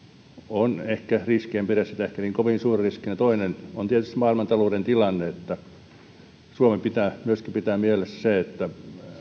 on ehkä riski en pidä sitä ehkä niin kovin suurena riskinä ja toinen on tietysti maailmantalouden tilanne suomen pitää myöskin pitää mielessä se että